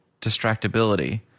distractibility